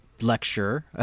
lecture